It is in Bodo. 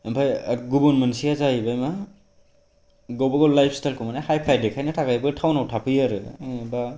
दा आमफ्राय गुबुन मोनसेआ जाहैबाय मा गाबागाव लाइफस्टाइलखौबो हाइ फाई देखायनो थाखाय टाउन आव थाफैयो आरो बा